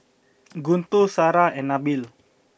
Guntur Sarah and Nabil